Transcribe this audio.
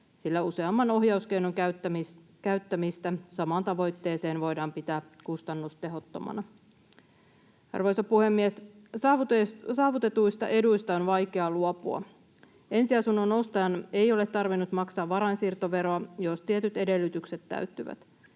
sillä useamman ohjauskeinon käyttämistä samaan tavoitteeseen voidaan pitää kustannustehottomana. Arvoisa puhemies! Saavutetuista eduista on vaikea luopua. Ensiasunnon ostajan ei ole tarvinnut maksaa varainsiirtoveroa, jos tietyt edellytykset täyttyvät.